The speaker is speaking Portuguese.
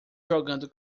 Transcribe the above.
jogando